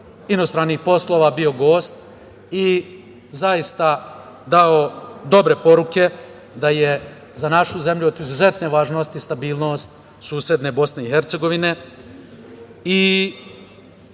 inostranih poslova bio gost i zaista dao dobre poruke da je za našu zemlju od izuzetne važnost stabilnost susedne BiH i apelovao